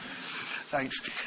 Thanks